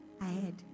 ahead